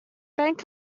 bank